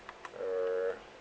err